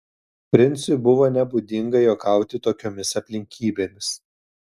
princui buvo nebūdinga juokauti tokiomis aplinkybėmis